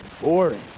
boring